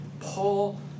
Paul